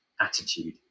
attitude